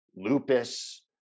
Lupus